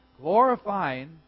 glorifying